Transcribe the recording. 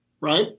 right